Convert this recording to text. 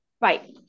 Right